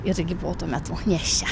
irgi buvau tuomet nėščia